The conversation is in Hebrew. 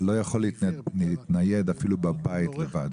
לא יכול להתנייד, אפילו לא בבית, לבד.